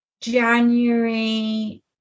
January